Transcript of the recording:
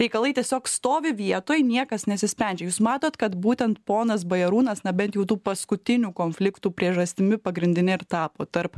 reikalai tiesiog stovi vietoj niekas nesisprendžia jūs matot kad būtent ponas bajarūnas na bent jau tų paskutinių konfliktų priežastimi pagrindinė ir tapo tarp